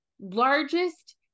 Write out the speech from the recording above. largest